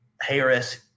Harris